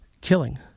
killing